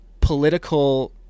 political